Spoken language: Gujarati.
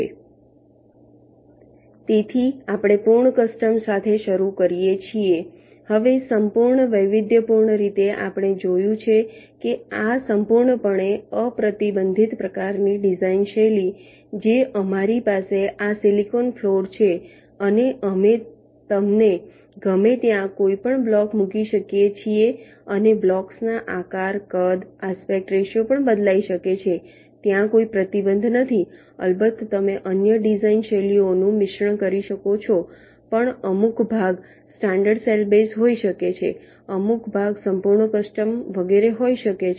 તેથી આપણે પૂર્ણ કસ્ટમ સાથે શરૂ કરીએ છીએ હવે સંપૂર્ણ વૈવિધ્યપૂર્ણ રીતે આપણે જોયું છે કે આ સંપૂર્ણપણે અપ્રતિબંધિત પ્રકારની ડિઝાઇન શૈલી જે અમારી પાસે આ સિલિકોન ફ્લોર છે અને અમે તમને ગમે ત્યાં કોઈપણ બ્લોક મૂકી શકીએ છીએ અને બ્લોક્સના આકાર કદ આસ્પેક્ટ રેશિયો પણ બદલાઈ શકે છે ત્યાં કોઈ પ્રતિબંધ નથી અલબત્ત તમે અન્ય ડિઝાઇન શૈલીઓનું મિશ્રણ કરી શકો છો પણ અમુક ભાગ સ્ટાન્ડર્ડ સેલ બેઝ હોઈ શકે છે અમુક ભાગ સંપૂર્ણ કસ્ટમ વગેરે હોઈ શકે છે